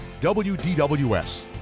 WDWS